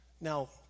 Now